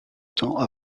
temps